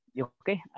Okay